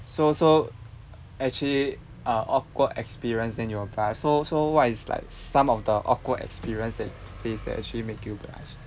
so so actually uh awkward experience then you'll blush so so what is like some of the awkward experience that you face that actually make you blush